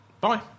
Bye